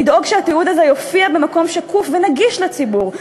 לדאוג שהתיעוד הזה יופיע במקום שקוף ונגיש לציבור,